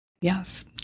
yes